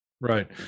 Right